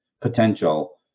potential